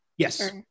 Yes